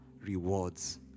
rewards